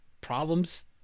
problems